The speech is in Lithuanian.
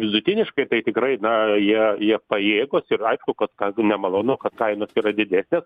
vidutiniškai tai tikrai na jie jie pajėgūs ir aišku kad ką gi nemalonu kad kainos yra didesnės